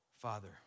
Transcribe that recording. Father